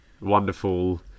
wonderful